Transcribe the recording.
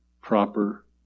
proper